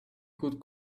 could